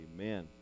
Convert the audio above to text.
Amen